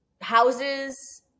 houses